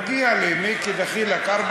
ראש הרשות מבקש לדבר אתך.